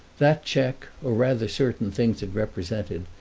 that cheque, or rather certain things it represented,